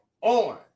on